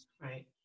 right